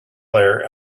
there